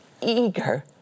eager